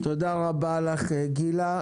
תודה רבה לך גילה.